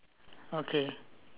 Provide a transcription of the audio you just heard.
okay